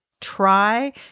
try